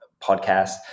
podcast